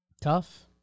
Tough